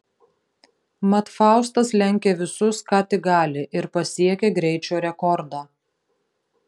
mat faustas lenkia visus ką tik gali ir pasiekia greičio rekordą